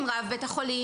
עם רב בית החולים,